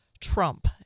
trump